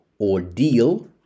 ordeal